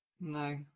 No